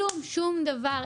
כלום, שום דבר.